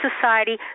society